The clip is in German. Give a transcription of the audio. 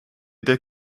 der